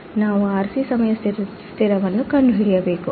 ನಾವು RC ಸಮಯ ಸ್ಥಿರವನ್ನು ಕಂಡುಹಿಡಿಯಬೇಕು